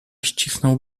ścisnął